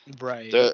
Right